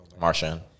Martian